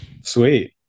sweet